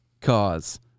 cause